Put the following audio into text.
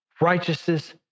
righteousness